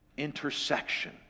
intersection